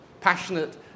passionate